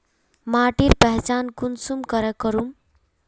माटिर पहचान कुंसम करे करूम?